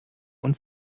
und